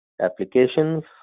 applications